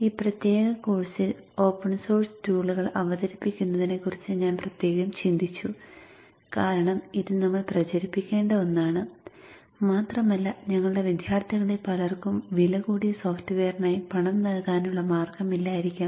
ഈ പ്രത്യേക കോഴ്സിൽ ഓപ്പൺ സോഴ്സ് ടൂളുകൾ അവതരിപ്പിക്കുന്നതിനെക്കുറിച്ച് ഞാൻ പ്രത്യേകം ചിന്തിച്ചു കാരണം ഇത് നമ്മൾ പ്രചരിപ്പിക്കേണ്ട ഒന്നാണ് മാത്രമല്ല ഞങ്ങളുടെ വിദ്യാർത്ഥികളിൽ പലർക്കും വിലകൂടിയ സോഫ്റ്റ്വെയറിനായി പണം നൽകാനുള്ള മാർഗമില്ലായിരിക്കാം